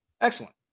excellent